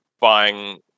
buying